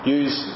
use